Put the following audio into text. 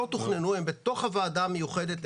הם בתוך הוועדה המיוחדת,